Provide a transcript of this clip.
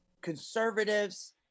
conservatives